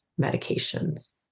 medications